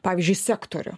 pavyzdžiui sektorių